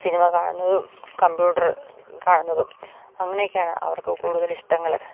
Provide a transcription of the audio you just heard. cinema കാണുന്നതും computer കാണുന്നതും അങ്ങനെയൊക്കെയാണ് അവർക്ക് കൂടുതൽ ഇഷ്ടങ്ങൾ